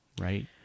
Right